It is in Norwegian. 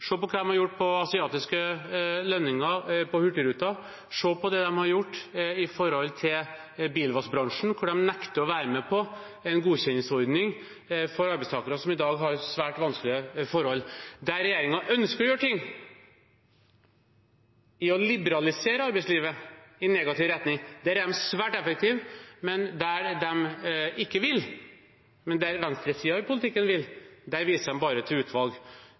på hva de har gjort med asiatiske lønninger på Hurtigruten. Se på det de har gjort overfor bilvaskbransjen, hvor de nekter å være med på en godkjenningsordning for arbeidstakere som i dag har svært vanskelige forhold. Der regjeringen ønsker å gjøre ting for å liberalisere arbeidslivet i negativ retning, der er de svært effektive. Der de ikke vil, men venstresiden i politikken vil, viser de bare til utvalg.